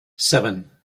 seven